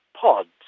pods